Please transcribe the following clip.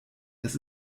das